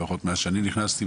לפחות מאז שאני נכנסתי,